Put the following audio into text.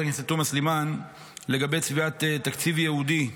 הכנסת תומא סלימאן לגבי צביעת תקציב ייעודי.